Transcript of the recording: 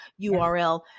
URL